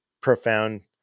profound